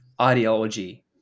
ideology